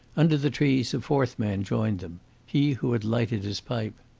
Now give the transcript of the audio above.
under the trees a fourth man joined them he who had lighted his pipe.